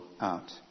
out